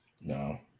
No